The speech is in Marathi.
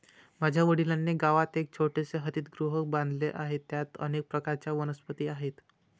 माझ्या वडिलांनी गावात एक छोटेसे हरितगृह बांधले आहे, त्यात अनेक प्रकारच्या वनस्पती आहेत